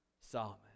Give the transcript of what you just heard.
Solomon